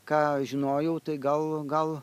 ką žinojau tai gal gal